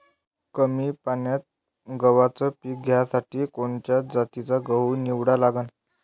कमी पान्यात गव्हाचं पीक घ्यासाठी कोनच्या जातीचा गहू निवडा लागन?